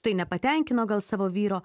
tai nepatenkino gal savo vyro